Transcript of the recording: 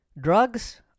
drugs